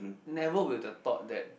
never will the thought that